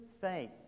faith